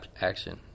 action